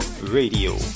Radio